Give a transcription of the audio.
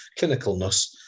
clinicalness